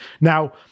Now